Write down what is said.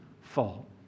fall